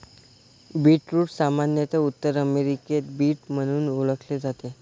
beetroot सामान्यत उत्तर अमेरिकेत बीट म्हणून ओळखले जाते